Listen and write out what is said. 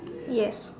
yes